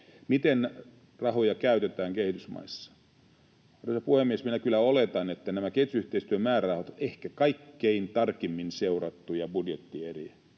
Miten rahoja käytetään kehitysmaissa? Arvoisa puhemies, minä kyllä oletan, että nämä kehitysyhteistyömäärärahat on ehkä kaikkein tarkimmin seurattuja budjettieriä.